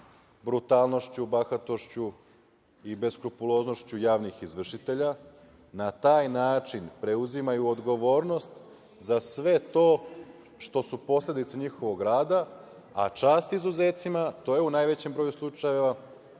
brutalnošću, bahatošću i beskrupuloznošću javnih izvršitelja. Na taj način preuzimaju odgovornost za sve to što su posledice njihovog rada, a čast izuzecima, to je u najvećem broju slučajeva